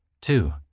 Two